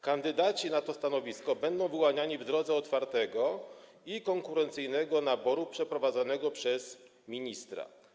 Kandydaci na to stanowisko będą wyłaniani w drodze otwartego i konkurencyjnego naboru przeprowadzonego przez ministra.